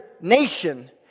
nation